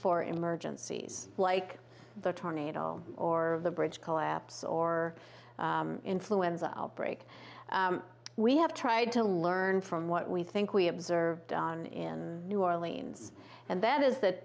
for emergencies like the tornado or the bridge collapse or influenza outbreak we have tried to learn from what we think we observed on in new orleans and that is that